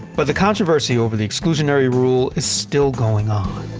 but the controversy over the exclusionary rule is still going on.